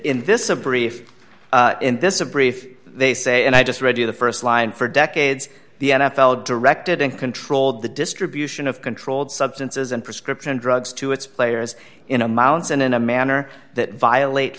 in this a brief in this a brief they say and i just read you the st line for decades the n f l directed and controlled the distribution of controlled substances and prescription drugs to its players in amounts and in a manner that violate